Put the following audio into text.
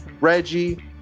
reggie